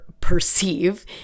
perceive